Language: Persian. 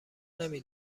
نمی